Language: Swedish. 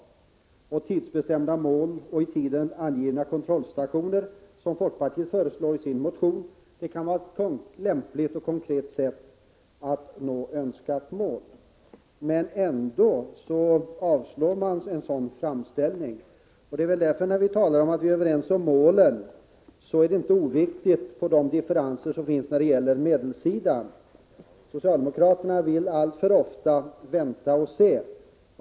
Utskottet anser vidare att tidsbestämda mål och i tiden angivna kontrollstationer, som folkpartiet föreslog i sin motion, kan vara ett lämpligt och konkret sätt att nå önskat mål. Men utskottet avstyrker ändå en framställning i sådan riktning. När vi talar om att vi är överens om målen, är det inte oviktigt att peka på de differenser som finns när det gäller medlen. Socialdemokraterna vill alltför ofta vänta och se.